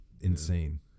insane